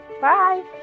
Bye